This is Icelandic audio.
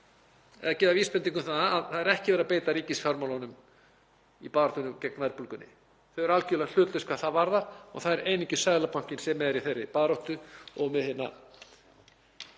árs gefa vísbendingu um að það sé ekki verið að beita ríkisfjármálunum í baráttunni gegn verðbólgunni. Þau eru algerlega hlutlaus hvað það varðar og það er einungis Seðlabankinn sem er í þeirri baráttu með hina,